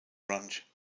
branch